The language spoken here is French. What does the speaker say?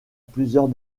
plusieurs